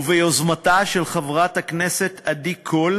וביוזמתה של חברת הכנסת עדי קול.